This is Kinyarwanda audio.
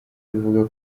ruvuga